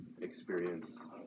experience